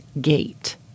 gate